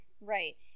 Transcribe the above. Right